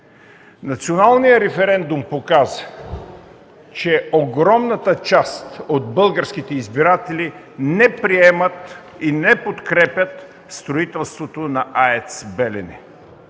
Националният референдум показа, че огромната част от българските избиратели не приемат и не подкрепят строителството на АЕЦ „Белене”.